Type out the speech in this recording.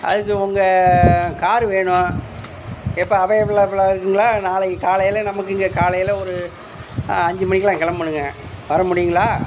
அதுக்கு உங்க கார் வேணும் எப்போ அவைலபுளாக இருக்குங்களா நாளைக்கு காலையில் நமக்கு இங்கே காலையில் ஒரு அஞ்சு மணிக்குலாம் கிளம்பணுங்க வரமுடியுங்களா